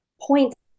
points